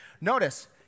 Notice